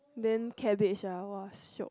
then cabbages uh !wah! shiok